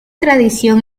tradición